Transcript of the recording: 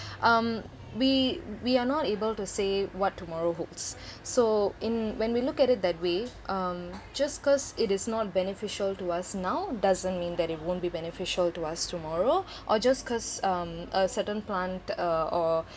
um we we are not able to say what tomorrow holds so in when we look at it that way um just because it is not beneficial to us now doesn't mean that it won't be beneficial to us tomorrow or just because um a certain plant uh or